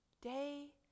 day